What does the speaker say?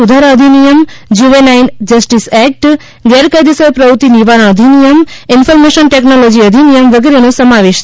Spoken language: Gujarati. સુધારા અધિનિયમ જુવેનાઇન જસ્ટિસ એક્ટ ગેરકાયદેસર પ્રવૃતિ નિવારણ અધિનિયમ ઇન્ફોર્મેશન ટેક્નોલોજી અધિનિયમ વગેરેનો સમાવેશ થાય છે